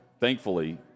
thankfully